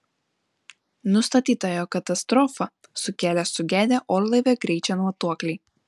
nustatyta jog katastrofą sukėlė sugedę orlaivio greičio matuokliai